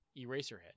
Eraserhead